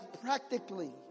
practically